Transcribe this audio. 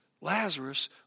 Lazarus